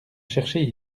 chercher